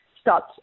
stopped